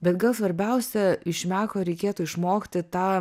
bet gal svarbiausia iš meko reikėtų išmokti tą